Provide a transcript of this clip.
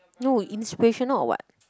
no inspirational or what